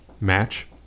match